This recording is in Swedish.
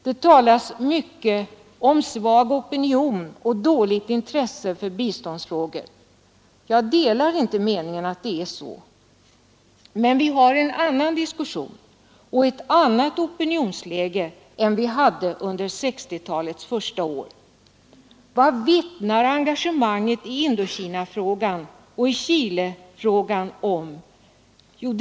Det har talats mycket om svag opinion och dåligt intresse för biståndsfrågor. Jag delar inte meningen att det är så, men vi har en annan diskussion och ett annat opinionsläge nu än vi hade under 1960-talets första år. Vad vittnar engagemanget i Indokinafrågan och i Chilekatastrofen om?